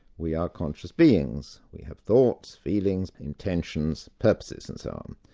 we are conscious beings, we have thoughts, feelings, intentions, purposes, and so on.